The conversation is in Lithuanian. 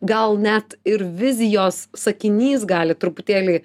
gal net ir vizijos sakinys gali truputėlį